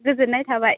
गोजोननाय थाबाय